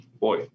boy